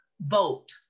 vote